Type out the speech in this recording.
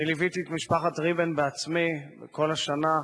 אני ליוויתי את משפחת ריבן בעצמי כל השנה,